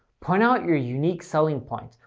point out your unique selling points.